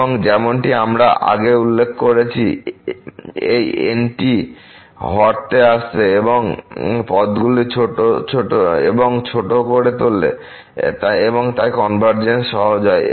এবং যেমনটি আমি আগে উল্লেখ করেছি এই n টি হরতে আসছে যা পদগুলিকে ছোট এবং ছোট করে তোলে এবং তাই কনভারজেন্স সহজ হয়